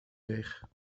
leeg